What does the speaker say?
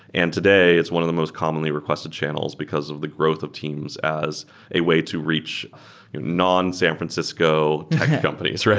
and today it's one of the most commonly requested channels because of the growth of teams as a way to reach non-san francisco tech companies,